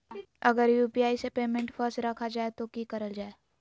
अगर यू.पी.आई से पेमेंट फस रखा जाए तो की करल जाए?